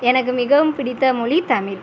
எனக்கு மிகவும் பிடித்த மொழி தமிழ்